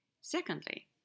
Secondly